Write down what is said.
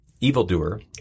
evildoer